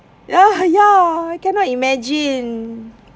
ya ya I cannot imagine